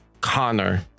Connor